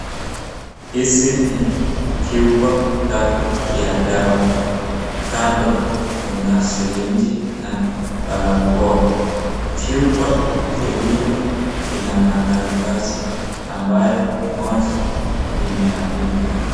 Hizi ni vyupa tatu vya dawa. Kando kuna sirinji na barakwa. Vyupa viwili vina makaratasi ambayo moja imeandikwa.